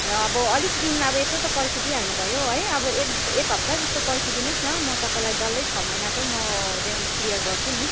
र अब अलिक दिन अब यत्रो त पर्खिदिइहाल्नु भयो है अब एक एक हप्ता जस्तो पर्खिदिनुहोस् न म तपाईँलाई डल्लै छ महिनाकै म रेन्ट क्लियर गर्छु नि